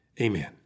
Amen